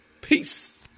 Peace